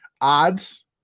Odds